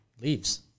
Leaves